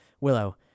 Willow